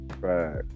Right